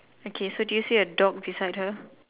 okay so do you see a dog beside her